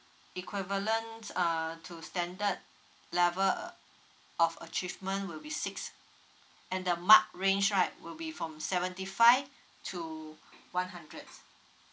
equivalent uh to standard level of achievement will be six and the mark range right will be from seventy five to one hundred